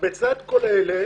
בצד כל אלה